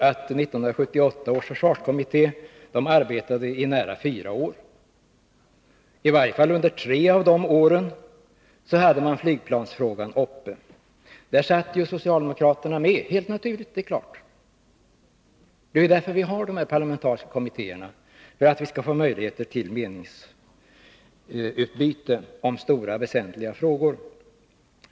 1978 års försvarskommitté arbetade i nära fyra år. I varje fall under tre av de åren hade man flygplansfrågan uppe. Där satt socialdemokraterna med, helt naturligt. Vi har ju de parlamentariska kommittéerna för att vi skall få möjligheter till meningsutbyte om stora väsentliga frågor.